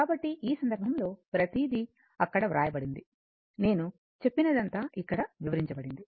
కాబట్టి ఈ సందర్భంలో ప్రతిదీ అక్కడ వ్రాయబడింది నేను చెప్పినదంతా ఇక్కడ వివరించబడింది